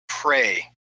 pray